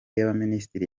y’abaminisitiri